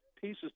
pieces